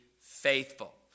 faithful